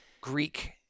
Greek